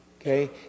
okay